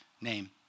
name